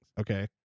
Okay